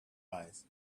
eyes